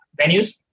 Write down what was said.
venues